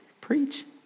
preach